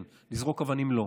כן, לזרוק אבנים, לא.